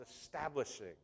establishing